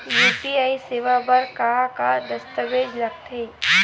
UPI सेवा बर का का दस्तावेज लगथे?